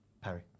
Perry